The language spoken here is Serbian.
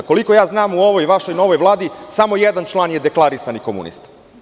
Koliko ja znam, u ovoj vašoj novoj Vladi samo jedan član je deklarisani komunista.